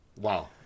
Wow